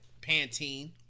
Pantene